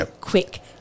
quick